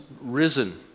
risen